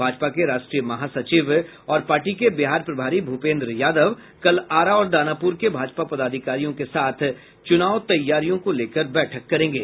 भाजपा के राष्ट्रीय महासचिव और पार्टी के बिहार प्रभारी भूपेन्द्र यादव कल आरा और दानापुर के भाजपा पदाधिकारियों के साथ चुनाव तैयारियों को लेकर बैठक करेंगे